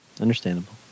Understandable